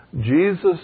Jesus